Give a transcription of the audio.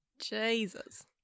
jesus